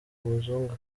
umuzungu